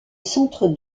centre